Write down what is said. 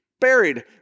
Buried